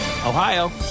Ohio